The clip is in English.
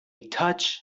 touch